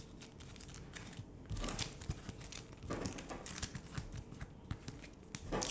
I I'm a bit tilted because there's five colours